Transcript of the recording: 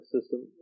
system